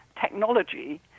technology